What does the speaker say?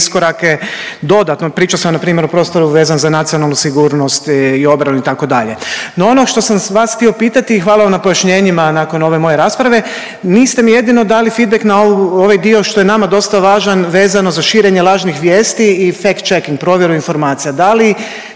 iskorake dodatno. Pričao sam na primjer o prostoru vezan za nacionalnu sigurnost i obranu itd. No, ono što sam vas htio pitati i hvala vam na pojašnjenjima nakon ove moje rasprave niste mi jedino dali fitback na ovaj dio što je nama dosta važan vezano za širenje lažnih vijesti ili fackt cheking provjeru informacija.